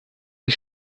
die